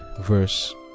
verse